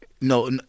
no